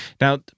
Now